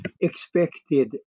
expected